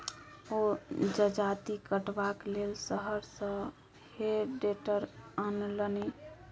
ओ जजाति कटबाक लेल शहर सँ हे टेडर आनलनि